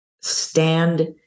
stand